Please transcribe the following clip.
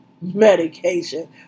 medication